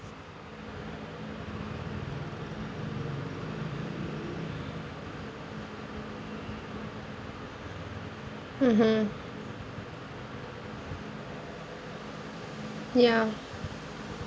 mmhmm ya